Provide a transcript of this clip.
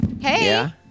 Hey